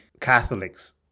Catholics